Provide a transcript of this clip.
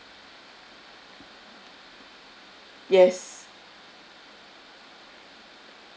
yes